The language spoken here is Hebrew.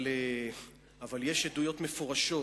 אבל יש עדויות מפורשות,